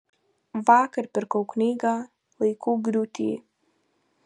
vakar pirkau knygą laikų griūty